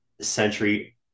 century